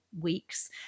weeks